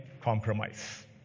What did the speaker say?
Compromise